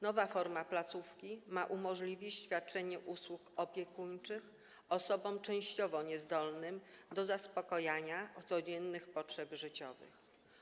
Nowa forma placówki ma umożliwić świadczenie usług opiekuńczych osobom częściowo niezdolnym do zaspokajania codziennych potrzeb życiowych.